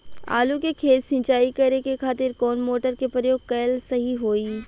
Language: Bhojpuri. आलू के खेत सिंचाई करे के खातिर कौन मोटर के प्रयोग कएल सही होई?